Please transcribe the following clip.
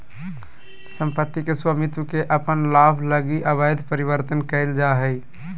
सम्पत्ति के स्वामित्व के अपन लाभ लगी अवैध परिवर्तन कइल जा हइ